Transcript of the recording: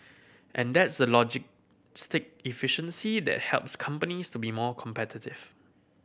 and that's the logistic efficiency that helps companies to be more competitive